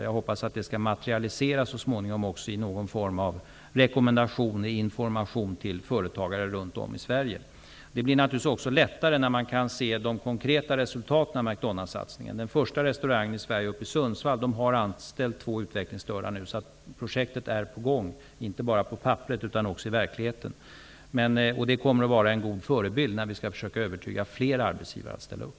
Jag hoppas att det skall materialiseras så småningom i någon form av rekommendation eller information till företagare runt om i Sverige. Det blir naturligtvis också lättare när man kan se de konkreta resultaten av McDonald's-satsningen. Den första restaurangen i Sverige, i Sundsvall, har anställt två utvecklingsstörda nu. Så projektet är på gång, inte bara på papperet, utan också i verkligheten. Det kommer att vara en god förebild när vi skall försöka övertyga fler arbetsgivare att ställa upp.